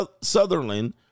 Sutherland